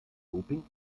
doping